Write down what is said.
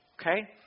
Okay